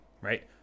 right